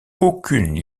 aucune